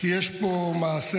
כי יש פה מעשה.